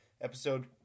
Episode